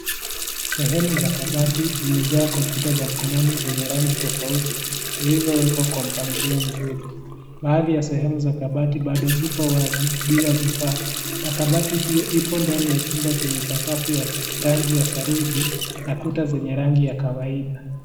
Sehemu za kabati zimeja kompyuta za mkononi zenye rangi tofauti zilizowekwa kwa mpangilio mzuri. Baadhi ya sehemu za kabati zipo wazi bila vifa na kabati hii ipo ndani ya chumba chenye sakafu rangi ya saruji na kuta zenye rangi ya kawaida.